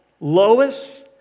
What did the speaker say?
Lois